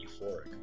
euphoric